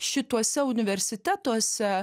šituose universitetuose